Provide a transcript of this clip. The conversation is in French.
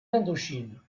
indochine